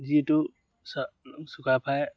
যিহেতু চাওলুং চুকাফাই